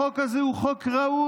החוק הזה הוא חוק ראוי.